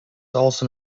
olson